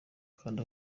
kandi